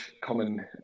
common